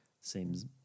seems